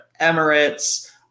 Emirates